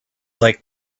like